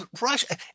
russia